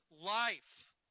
life